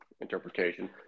interpretation